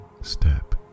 step